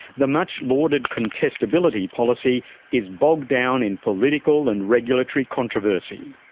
the much lauded contestability policy is bogged down in political and regulatory controversy.